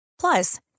Plus